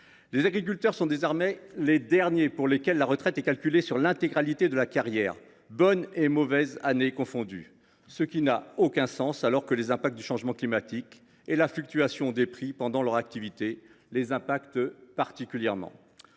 Les agriculteurs sont désormais les derniers pour lesquels la retraite est calculée sur l’intégralité de la carrière, bonnes et mauvaises années confondues, ce qui n’a aucun sens, alors que le changement climatique et la fluctuation des prix ont des conséquences lourdes